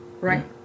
Right